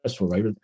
right